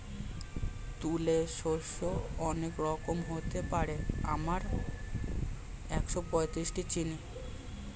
তুলে শস্য অনেক রকমের হতে পারে, আমরা একশোপঁয়ত্রিশটি চিনি